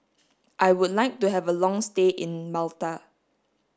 I would like to have a long stay in Malta